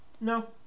no